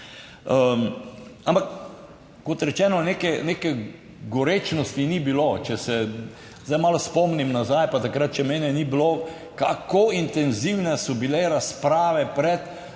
ampak kot rečeno, neke gorečnosti ni bilo. Če se zdaj malo spomnim nazaj, pa takrat še mene ni bilo. Kako intenzivne so bile razprave pred